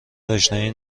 اشنایی